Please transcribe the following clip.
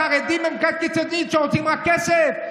החרדים הם כת קיצונית שרוצים רק כסף?